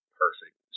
perfect